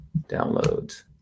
Downloads